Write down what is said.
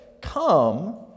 come